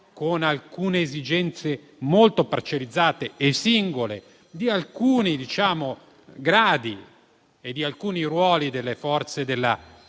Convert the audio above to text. con alcune esigenze molto parcellizzate e singole di alcuni gradi e di alcuni ruoli delle forze della